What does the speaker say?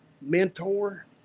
mentor